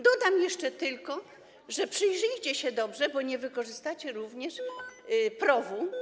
Dodam jeszcze tylko: przyjrzyjcie się dobrze, bo nie wykorzystacie również PROW-u.